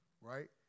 right